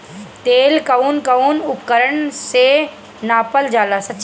तेल कउन कउन उपकरण से नापल जाला?